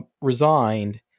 resigned